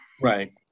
Right